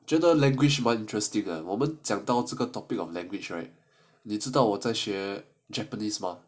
觉得 language 蛮 interest 的我们讲到这个 topic of language right 你知道我这学 japanese mah